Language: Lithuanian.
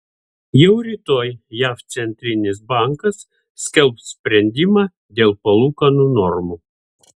jau rytoj jav centrinis bankas skelbs sprendimą dėl palūkanų normų